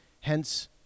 hence